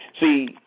See